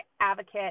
advocate